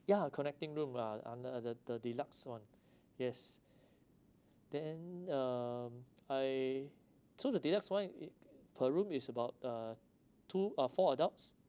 ya connecting room uh under uh the the deluxe one yes then uh I so the deluxe one i~ per room is about uh two uh four adults